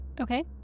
Okay